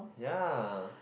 yeah